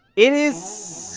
it is